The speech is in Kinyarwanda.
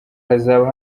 hazaba